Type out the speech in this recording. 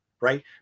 Right